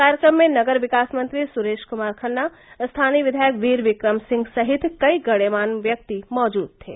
कार्यक्रम में नगर विकास मंत्री सुरेश कुमार खन्ना स्थानीय विधायक वीर विक्रम सिंह सहित कई गणमान्य व्यक्ति भी मौजूद थे